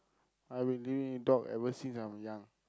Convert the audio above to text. I've been living with dog ever since I'm young